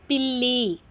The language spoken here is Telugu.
పిల్లి